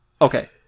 okay